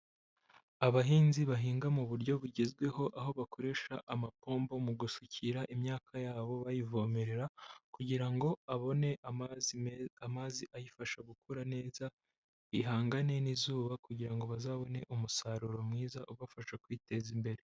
Abahinzi bahinga mu buryo bugezweho aho bakoresha amapombo mu gusukira imyaka yabo bayivomerera, kugira ngo abone amazi meza amazi ayifasha gukura neza ihangane n'izuba, kugira ngo bazabone umusaruro mwiza ubafasha kwiteza imbere.